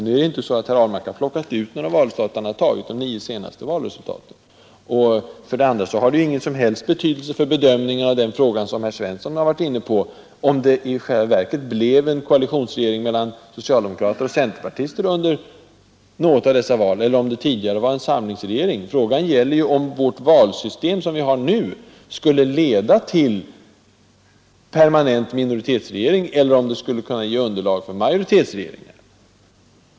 Nu har herr Ahlmark inte plockat ut några valresultat, utan han har tagit de nio senaste valen. Men för bedömningen av den fråga som herr Svensson varit inne på har det ju ingen som helst betydelse om det i själva verket blev en koalitionsregering mellan socialdemokrater och centerpartister under något av dessa val, eller om det tidigare var en samlingsregering. Frågan gäller ju om det valsystem vi har nu skulle leda till permanent minoritetsregering, eller om det skulle kunna ge underlag för majoritetsregeringar.